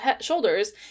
shoulders